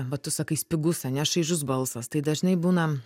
va tu sakai spigus ar ne šaižus balsas tai dažnai būna